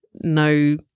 no